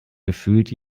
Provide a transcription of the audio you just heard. gefühlt